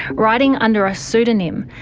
writing under a pseudonym,